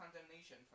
condemnation